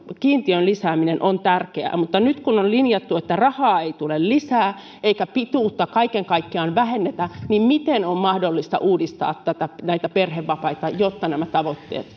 kiintiön lisääminen on tärkeää mutta nyt kun on linjattu että rahaa ei tule lisää eikä pituutta kaiken kaikkiaan vähennetä niin miten on mahdollista uudistaa näitä perhevapaita jotta nämä tavoitteet